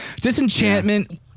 Disenchantment